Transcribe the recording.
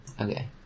Okay